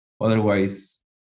Otherwise